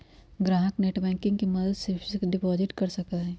ग्राहक नेटबैंकिंग के मदद से फिक्स्ड डिपाजिट कर सका हई